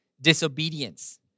disobedience